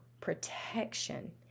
protection